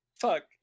Fuck